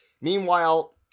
Meanwhile